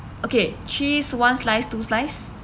okay cheese one slice two slice